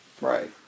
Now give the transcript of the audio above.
Right